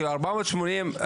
ה-480,